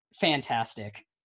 fantastic